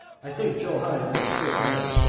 i think joe hynes is a straight man.